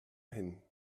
hin